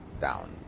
down